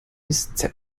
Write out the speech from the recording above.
bis